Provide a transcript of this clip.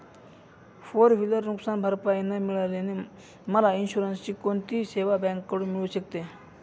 Four wheeler नुकसानभरपाई न मिळाल्याने मला इन्शुरन्सची कोणती सेवा बँकेकडून मिळू शकते?